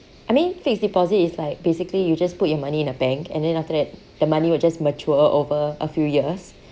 I mean fixed deposit is like basically you just put your money in a bank and then after that the money will just mature over a few years